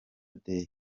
day